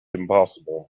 impossible